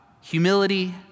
Humility